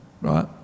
right